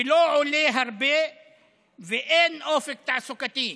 שלא עולה הרבה ואין אופק תעסוקתי,